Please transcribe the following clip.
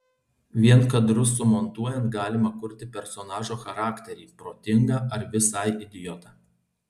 vien kadrus sumontuojant galima kurti personažo charakterį protingą ar visai idiotą